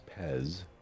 Pez